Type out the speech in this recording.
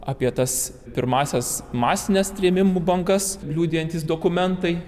apie tas pirmąsias masines trėmimų bangas liudijantys dokumentai